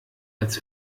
als